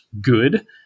good